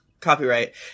copyright